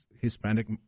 Hispanic